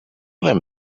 them